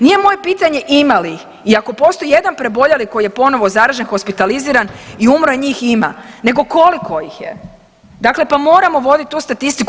Nije moje pitanje ima li ih i ako postoji jedan preboljeli koji je ponovo zaražen, hospitaliziran i umro njih ima nego koliko ih je, dakle pa moramo voditi tu statistiku.